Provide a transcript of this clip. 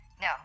no